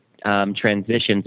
Transitions